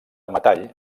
metall